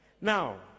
Now